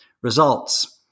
Results